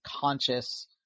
conscious